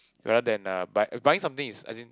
rather than uh buy buying something is as in